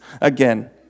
again